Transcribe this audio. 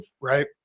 right